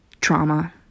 trauma